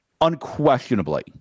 unquestionably